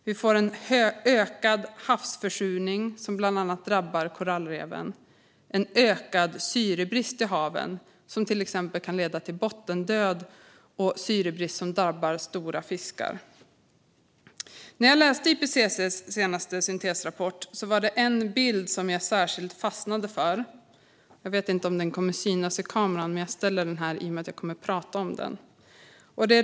Vi får en ökad havsförsurning, som bland annat drabbar korallreven, och en ökad syrebrist i haven, som till exempel kan leda till bottendöd och syrebrist som drabbar stora fiskar. När jag läste IPCC:s senaste syntesrapport var det en bild som jag särskilt fastnade för. Jag vet inte om den kommer att synas i kameran, men jag ställer den här i och med att jag kommer att prata om den.